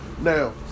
Now